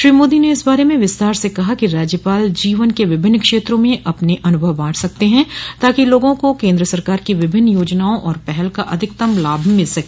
श्री मोदी ने इस बारे में विस्तार से कहा कि राज्यपाल जीवन के विभिन्न क्षेत्रों में अपने अनुभव बांट सकते हैं ताकि लोगों को केन्द्र सरकार की विभिन्न योजनाओं और पहल का अधिकतम लाभ मिल सके